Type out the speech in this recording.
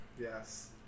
Yes